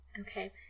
Okay